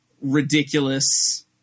ridiculous